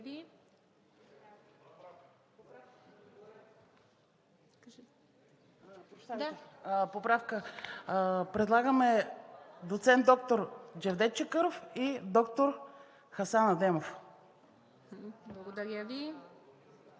Поправка. Предлагаме доцент доктор Джевдет Чакъров и доктор Хасан Адемов. ПРЕДСЕДАТЕЛ